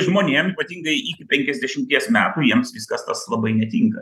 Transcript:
žmonėm ypatingai iki penkiasdešimties metų jiems viskas tas labai netinka